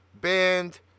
band